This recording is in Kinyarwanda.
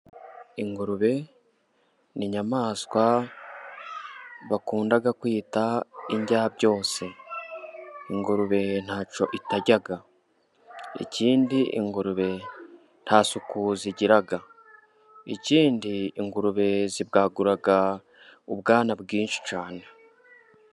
Ingurube ni inyamaswa bakunda kwita irya byose, ingurube ntacyo itarya, ikindi ingurube nta suku zigira, ikindi ingurube zibwagura ubwana bwinshi cyane